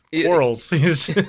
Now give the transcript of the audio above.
quarrels